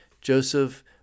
Joseph